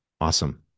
Awesome